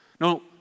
No